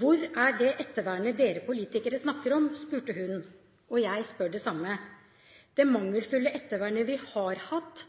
Hvor er det ettervernet dere politikere snakker om, spurte hun. Jeg spør om det samme. Det mangelfulle ettervernet vi har hatt,